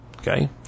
Okay